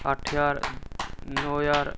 अट्ठ ज्हार नौ ज्हार